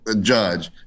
judge